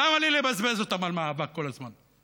למה לי לבזבז אותם על מאבק כל הזמן?